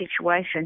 situation